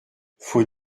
faut